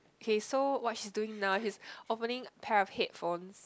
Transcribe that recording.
okay so what she's doing now she's opening a pair of headphones